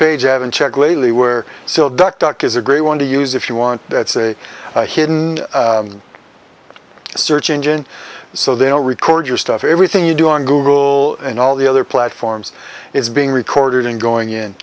page i haven't checked lately were so duck duck is a great one to use if you want that's a hidden search engine so they all record your stuff everything you do on google and all the other platforms is being recorded and going in